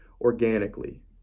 organically